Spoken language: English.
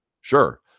Sure